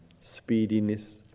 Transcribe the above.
speediness